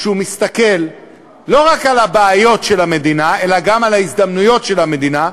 כשהוא מסתכל לא רק על הבעיות של המדינה אלא גם על ההזדמנויות של המדינה,